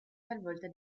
talvolta